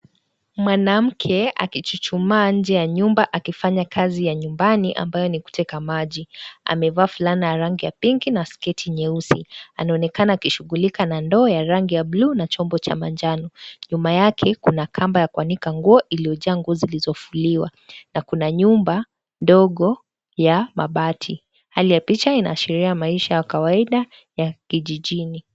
Mwanamke akichuchuma nje ya nyumba akifanya kazi ya nyumbani ambayo ni kuchota maji. Amevaa fulana ya rangi ya pinki na sketi nyeusi. Anaonekana akishughuliuka na ndoo ya rangi ya buluu na chombo cha manjano. Nyuma yake kuna kamba ya kuanika nguo iliyojaa nguo ziliyofuliwa na kuna nyumba ndogo ya mabati. Hali ya picha inaashiria hali ya kawaida ya kijijini.